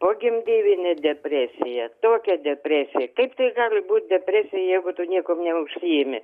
pogimdyvinė depresija tokia depresija kaip tai gali būt depresija jeigu tu niekom neužsiimi